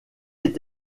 est